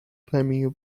caminho